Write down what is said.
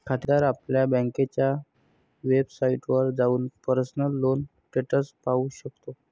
खातेदार आपल्या बँकेच्या वेबसाइटवर जाऊन पर्सनल लोन स्टेटस पाहू शकतो